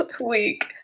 week